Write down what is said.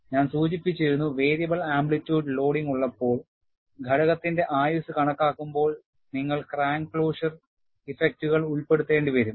ഞാൻ സൂചിപ്പിച്ചിരുന്നുവേരിയബിൾ amplitude loading ഉള്ളപ്പോൾ ഘടകത്തിന്റെ ആയുസ്സ് കണക്കാക്കുമ്പോൾ നിങ്ങൾ ക്രാക്ക് ക്ലോഷർ ഇഫക്റ്റുകൾ ഉൾപ്പെടുത്തേണ്ടിവരും